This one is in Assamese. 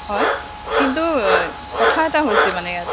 হয় কিন্তু কথা এটা হৈছে মানে